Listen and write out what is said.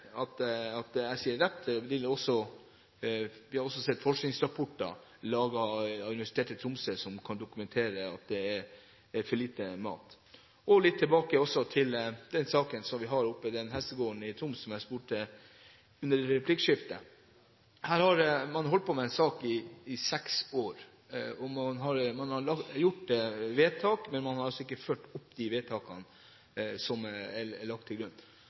at det jeg sier, er rett. Vi har også sett forskningsrapporter administrert i Tromsø som kan dokumentere at det er for lite mat. Jeg vil også gå litt tilbake til den saken vi har oppe, den hestegården i Troms som jeg spurte om under replikkordskiftet. Her har man holdt på med en sak i seks år. Man har gjort vedtak, men man har altså ikke fulgt opp de vedtakene som er lagt til grunn.